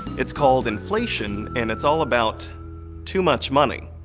it's called inflation, and it's all about too much money.